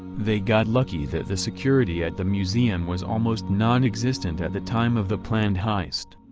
they got lucky that the security at the museum was almost non-existent at the time of the planned heist.